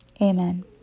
Amen